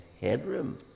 headroom